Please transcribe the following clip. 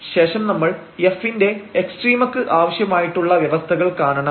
ശേഷം നമ്മൾ f ന്റെ എക്സ്ട്രീമക്ക് ആവശ്യമായിട്ടുള്ള വ്യവസ്ഥകൾ കാണണം